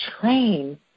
train